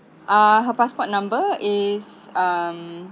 ah her passport number is um